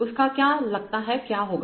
आपको क्या लगता है क्या होगा